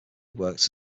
worked